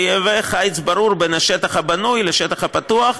ויהווה חיץ ברור בין השטח הבנוי לשטח הפתוח,